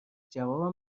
جوابم